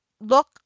look